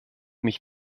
mich